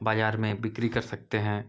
बाजार में बिक्री कर सकते हैं